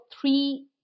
three